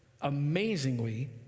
amazingly